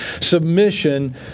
submission